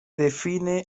define